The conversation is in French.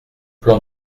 plan